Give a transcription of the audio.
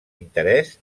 interès